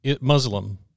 Muslim